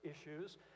issues